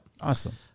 awesome